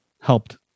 helped